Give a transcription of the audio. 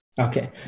Okay